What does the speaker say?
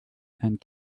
and